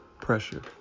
pressure